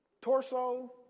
Torso